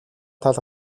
тал